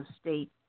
state